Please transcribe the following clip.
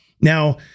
now